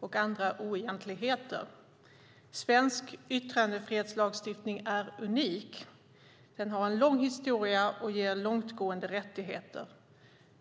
och andra oegentligheter. Svensk yttrandefrihetslagstiftning är unik. Den har en lång historia och ger långtgående rättigheter.